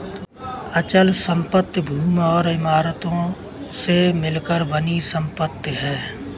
अचल संपत्ति भूमि और इमारतों से मिलकर बनी संपत्ति है